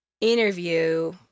interview